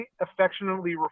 affectionately